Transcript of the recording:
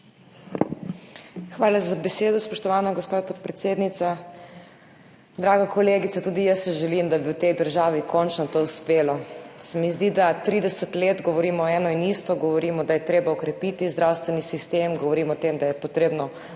Hvala za besedo, spoštovana gospa podpredsednica. Draga kolegica, tudi jaz si želim, da bi v tej državi končno to uspelo. Zdi se mi, da 30 let govorimo eno in isto, govorimo, da je treba okrepiti zdravstveni sistem, govorimo o tem, da je potrebno odpraviti